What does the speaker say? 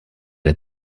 der